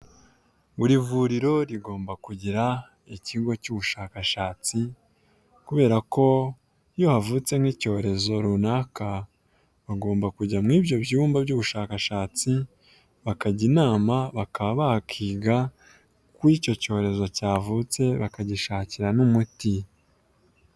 Buri vuriro rigomba kugira ikigo cy'ubushakashatsi kubera ko iyo havutse nk' icyorezo runaka bagomba kujya muri ibyo byumba by'ubushakashatsi bakajya inama bakaba bakiga kuri icyo cyorezo cyavutse bakagishakira n'umuti.